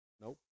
Nope